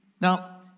Now